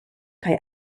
kaj